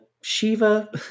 Shiva